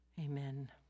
Amen